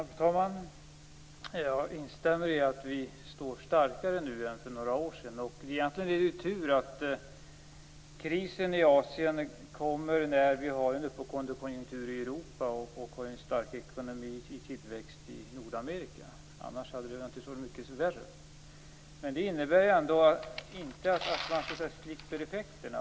Fru talman! Jag instämmer i att vi står starkare nu än för några år sedan. Egentligen är det tur att krisen i Asien kommer när det är en uppåtgående konjunktur i Europa och en stark ekonomisk tillväxt i Nordamerika. Annars hade läget varit mycket värre. Det innebär ändå inte att man slipper undan effekterna.